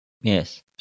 Yes